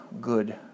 good